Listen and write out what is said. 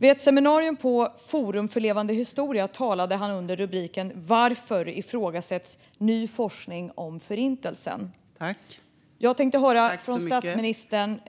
Vid ett seminarium på Forum för levande historia talade han under rubriken "Varför ifrågasätts ny forskning om Förintelsen?" Jag tänkte höra vad statsministern